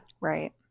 Right